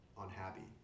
unhappy